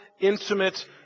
intimate